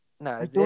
No